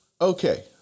Okay